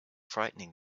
frightening